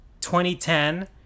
2010